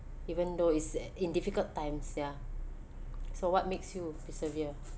even though it's uh in difficult times ya so what makes you persevere